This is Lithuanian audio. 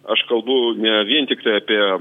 aš kalbu ne vien tiktai apie